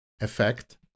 effect